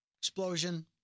Explosion